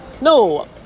No